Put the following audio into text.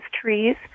trees